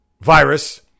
virus